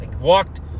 Walked